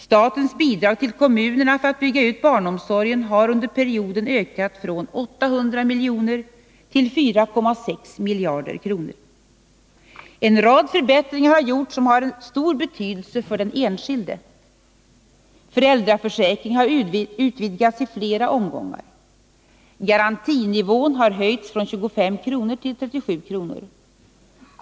Statens bidrag till kommunerna för att bygga ut barnomsorgen har under perioden ökat från 800 milj.kr. till 4,6 miljarder kronor. En rad förbättringar har gjorts som har stor betydelse för den enskilde. Föräldraförsäkringen har utvidgats i flera omgångar. Garantinivån har höjts från 25 kr. till 37 kr.